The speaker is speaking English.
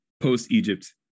post-Egypt